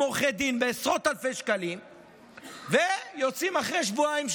עורכי דין בעשרות אלפי שקלים ויוצאים אחרי שבועיים,